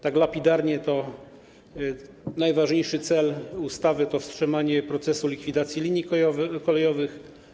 Tak lapidarnie, najważniejszym celem ustawy jest wstrzymanie procesu likwidacji linii kolejowych.